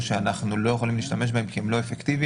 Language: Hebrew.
שאנחנו לא יכולים להשתמש בהם כי הם לא אפקטיביים.